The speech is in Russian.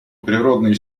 природные